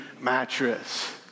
mattress